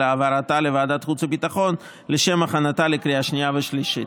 העברתה לוועדת חוץ וביטחון לשם הכנתה לקריאה שנייה ושלישית.